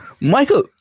Michael